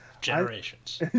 Generations